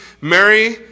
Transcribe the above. Mary